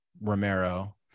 Romero